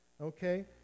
Okay